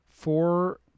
four